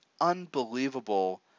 unbelievable